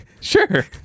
Sure